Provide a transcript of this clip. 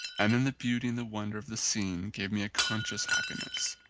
and then the beauty and the wonder of the scene gave me a conscious happiness,